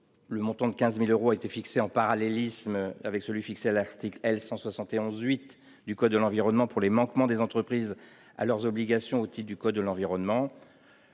Le montant de 15 000 euros a été fixé par parallélisme avec celui qui est fixé à l'article L. 171-8 du code de l'environnement pour les manquements des entreprises à leurs obligations au titre du code de l'environnement.